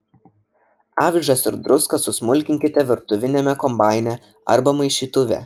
avižas ir druską susmulkinkite virtuviniame kombaine arba maišytuve